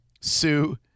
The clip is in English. Sue